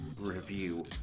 review